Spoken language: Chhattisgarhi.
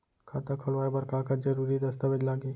खाता खोलवाय बर का का जरूरी दस्तावेज लागही?